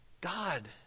God